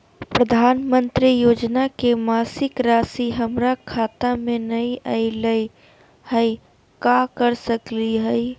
प्रधानमंत्री योजना के मासिक रासि हमरा खाता में नई आइलई हई, का कर सकली हई?